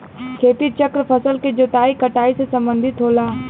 खेती चक्र फसल के जोताई कटाई से सम्बंधित होला